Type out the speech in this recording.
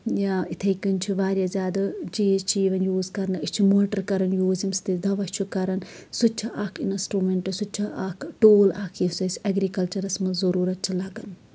یا یتِھے کٔنۍ چھُ واریاہ زیادٕ چیٖز چھِ یِوان یوٗز کرنہٕ أسۍ چھِ موٹر کران یوٗز ییمہِ سۭتی أسۍ دوہ چھ کران سُہ تہِ چھُ اکھ اِنسٹروٗمینٹ سُہ تہِ چھُ اکھ ٹوٗل اکھ یُس اَسہِ اٮ۪گرِکَلچُرَسس منٛز ضروٗرَتھ چھُ لگان